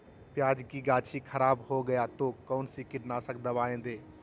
प्याज की गाछी खराब हो गया तो कौन सा कीटनाशक दवाएं दे?